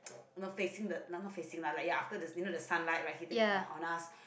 you know facing the no not facing lah like ya you know the sunlight right hitting on us